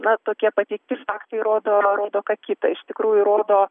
na tokie pateikti faktai rodo rodo ką kitą iš tikrųjų rodo